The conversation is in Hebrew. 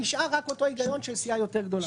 נשאר רק אותו היגיון של סיעה יותר גדולה.